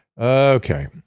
Okay